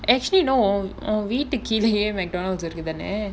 actually no வீட்டு கீழயே:veetu keelayae McDonald's இருக்கு தானே:irukku thaanae